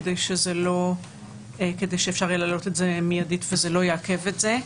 כדי שאפשר יהיה להעלות את זה מידית וזה לא יעכב את זה.